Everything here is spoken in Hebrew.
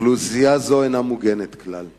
אוכלוסייה זו אינה מוגנת כלל.